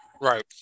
Right